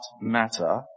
matter